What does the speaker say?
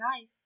life